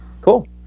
Cool